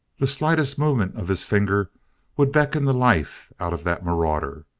the slightest movement of his finger would beckon the life out of that marauder,